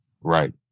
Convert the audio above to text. right